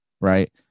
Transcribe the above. right